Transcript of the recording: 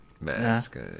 mask